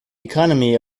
economy